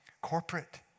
corporate